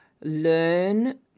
learn